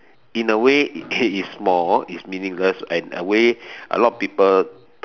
in a way is small is meaningless and a way a lot people